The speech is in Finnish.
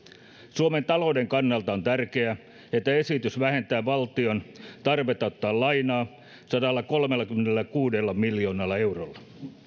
suomen talouden kannalta on tärkeää että esitys vähentää valtion tarvetta ottaa lainaa sadallakolmellakymmenelläkuudella miljoonalla eurolla